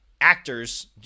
actors